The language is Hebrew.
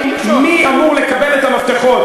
כאשר הם רואים מי אמור לקבל את המפתחות